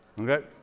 okay